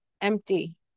empty